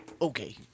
Okay